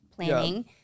planning